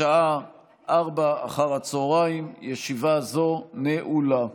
התקבלה בקריאה הראשונה, ותועבר לוועדת